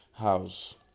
House